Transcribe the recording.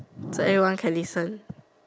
so everyone can listen